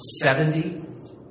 Seventy